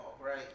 right